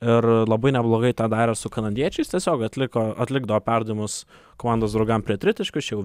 ir labai neblogai tą darė su kanadiečiais tiesiog atliko atlikdavo perdavimus komandos draugam prie tritaškių čia jau